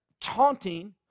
taunting